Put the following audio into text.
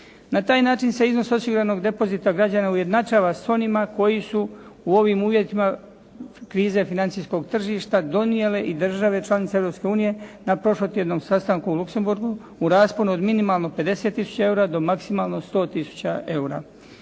Na taj način se iznos osiguranog depozita građana ujednačava s onima koji su u ovim uvjetima krize financijskog tržišta donijele i države članice Europske unije na prošlotjednom sastanku u Luxemburgu u rasponu od minimalno 50 tisuća eura do maksimalno 100 tisuća eura.